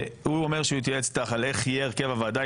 הוא אומר שהוא התייעץ איתך על איך יהיה הרכב הוועדה,